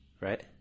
right